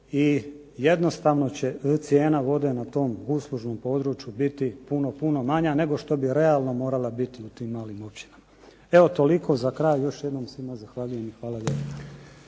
i jednostavno će cijena vode na tom uslužnom području biti puno, puno manja nego što bi realno morala biti u tim malim općinama. Evo toliko, za kraj još jednom svima zahvaljujem i hvala lijepo.